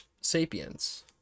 sapiens